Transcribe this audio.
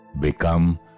become